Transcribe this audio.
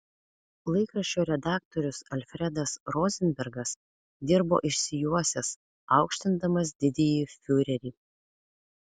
laikraščio redaktorius alfredas rozenbergas dirbo išsijuosęs aukštindamas didįjį fiurerį